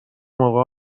موقع